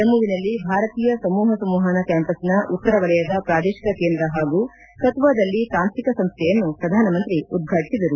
ಜಮ್ಮವಿನಲ್ಲಿ ಭಾರತೀಯ ಸಮೂಹ ಸಂವಹನ ಕ್ಯಾಂಪಸ್ನ ಉತ್ತರ ವಲಯದ ಪ್ರಾದೇಶಿಕ ಕೇಂದ್ರ ಹಾಗೂ ಕತುವಾದಲ್ಲಿ ತಾಂತ್ರಿಕ ಸಂಸ್ಥೆಯನ್ನು ಪ್ರಧಾನಮಂತ್ರಿ ಉದ್ವಾಟನೆ ಮಾಡಿದರು